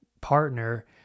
partner